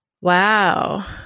Wow